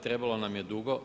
Trebamo nam je dugo.